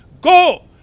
go